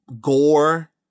gore